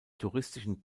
touristischen